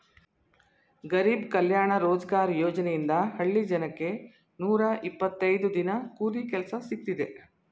ಗರಿಬ್ ಕಲ್ಯಾಣ ರೋಜ್ಗಾರ್ ಯೋಜನೆಯಿಂದ ಹಳ್ಳಿ ಜನಕ್ಕೆ ನೂರ ಇಪ್ಪತ್ತೈದು ದಿನ ಕೂಲಿ ಕೆಲ್ಸ ಸಿಕ್ತಿದೆ